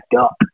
up